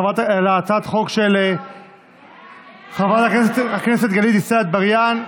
על הצעת החוק של חברת הכנסת גלית דיסטל אטבריאן.